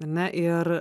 ar ne ir